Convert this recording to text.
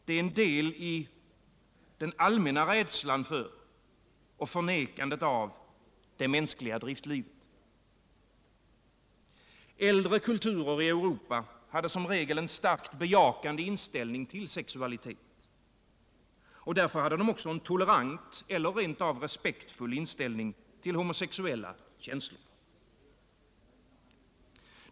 Det är en del i den allmänna rädslan för och förnekandet av det mänskliga driftlivet. Äldre kulturer i Europa hade som regel en starkt bejakande inställning till sexualitet. Därför hade de också en tolerant eller rent av respektfull inställning till homosexuella känslor.